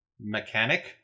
mechanic